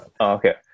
Okay